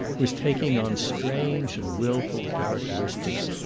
was taking on strange and wilful characteristics,